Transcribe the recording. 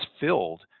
filled